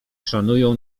szanują